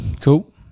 Cool